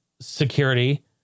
security